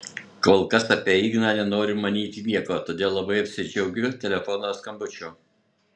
kol kas apie igną nenoriu manyti nieko todėl labai apsidžiaugiu telefono skambučiu